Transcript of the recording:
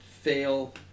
fail